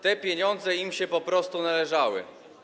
Te pieniądze im się po prostu należały.